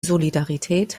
solidarität